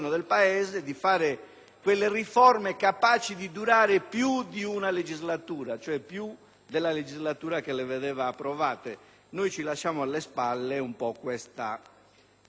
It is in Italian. quelle riforme capaci di durare più di una legislatura, cioè più della legislatura che le vedeva approvate: ci lasciamo alle spalle questa tradizione